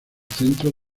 centro